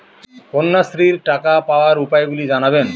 কন্যাশ্রীর টাকা পাওয়ার উপায়গুলি জানাবেন?